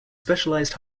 specialized